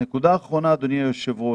נקודה אחרונה, אדוני היושב-ראש.